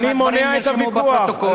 אני מונע את הוויכוח.